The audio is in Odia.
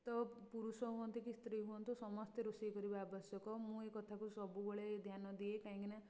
ତ ପୁରୁଷ ହୁଅନ୍ତୁ କି ସ୍ତ୍ରୀ ହୁଅନ୍ତୁ ସମସ୍ତେ ରୋଷେଇ କରିବା ଆବଶ୍ୟକ ମୁଁ ଏଇ କଥାକୁ ସବୁବେଳେ ଧ୍ୟାନ ଦିଏ କାହିଁକି ନା